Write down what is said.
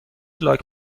لاک